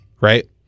Right